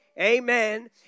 Amen